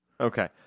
Okay